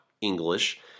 English